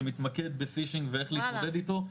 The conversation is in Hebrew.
שמתמקד בפישינג ואיך להתמודד איתו,